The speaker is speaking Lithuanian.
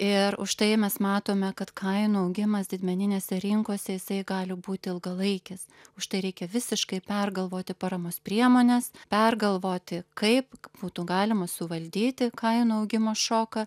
ir už tai mes matome kad kainų augimas didmeninėse rinkose jisai gali būti ilgalaikis užtai reikia visiškai pergalvoti paramos priemones pergalvoti kaip būtų galima suvaldyti kainų augimo šoką